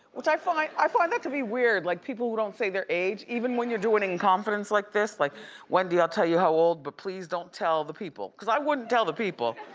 which i find i find that to be weird, like people who don't say their age, even when you do it in confidence like this, like wendy, i'll tell you how old but please don't tell the people, cause i wouldn't tell the people.